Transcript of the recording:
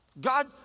God